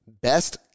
best